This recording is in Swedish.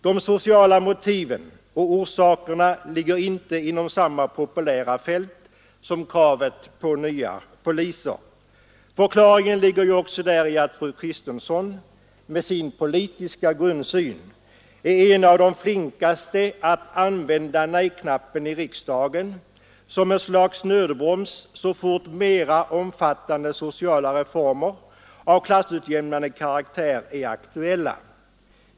De sociala motiven och orsakerna ligger inte inom samma populära fält som kravet på flera poliser. Förklaringen ligger även däri att fru Kristensson med sin politiska grundsyn är en av de flinkaste att använda nej-knappen i riksdagen som ett slags nödbroms så snart mera omfattande sociala reformer av mnande karaktär är aktuella.